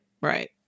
right